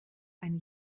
ein